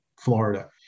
Florida